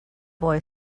boy